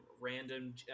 random